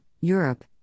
Europe